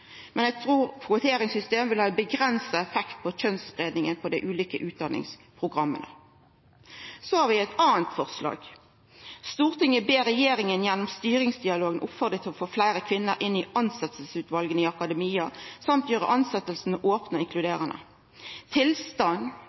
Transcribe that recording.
vil ha avgrensa effekt på kjønnsspreiinga på dei ulike utdanningsprogramma. Så er det eit anna forslag: «Stortinget ber regjeringen gjennom styringsdialogen oppfordre til å få flere kvinner inn i ansettelsesutvalgene i akademia, samt gjøre ansettelsene åpne og inkluderende.» Tilstand,